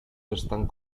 están